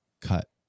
cut